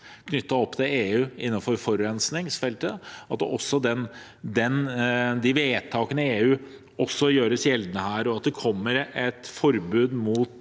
knyttet opp til EU innenfor forurensningsfeltet, at også de vedtakene i EU gjøres gjeldende her, og at det kommer et forbud mot